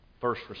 first